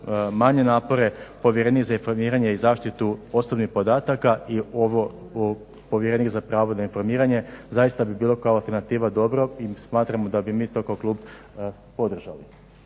manje napore povjerenik za informiranje i zaštitu osobnih podataka i ovo povjerenik za pravo za informiranje je povjerenik, zaista bi bilo kao alternativa dobro i smatramo da bi mi to kao klub podržali.